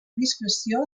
discreció